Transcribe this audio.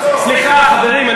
סליחה, חברים.